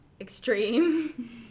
extreme